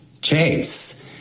Chase